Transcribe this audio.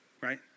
Right